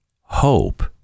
hope